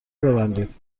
ببندید